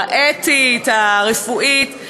האתית והרפואית,